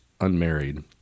unmarried